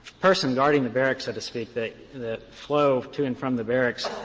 person guarding the barracks, so to speak, the the flow to and from the barracks,